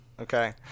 okay